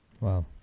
Wow